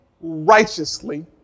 righteously